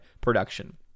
production